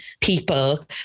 people